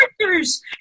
characters